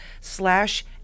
slash